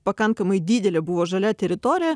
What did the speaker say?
pakankamai didelė buvo žalia teritorija